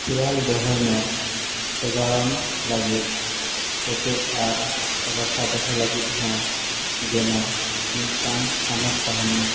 ᱠᱷᱮᱭᱟᱞ ᱫᱚᱦᱚᱭ ᱢᱮ ᱥᱟᱜᱟᱲᱚᱢ ᱞᱟᱹᱜᱤᱫ ᱛᱮᱛᱮᱫ ᱟᱨ ᱨᱟᱠᱷᱟ ᱫᱚᱦᱚ ᱞᱟᱹᱜᱤᱫ ᱦᱚᱸ ᱡᱮᱱᱚ ᱢᱤᱫᱴᱟᱝ ᱛᱷᱟᱱᱚᱛ ᱛᱟᱦᱮᱱ ᱢᱟ